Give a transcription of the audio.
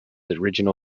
original